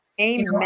Amen